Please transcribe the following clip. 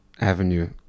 avenue